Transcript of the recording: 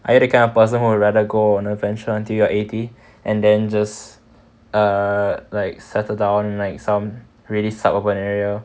are you that kind of person who would rather go on adventure until you're eighty and then just err like settle down like some really suburban area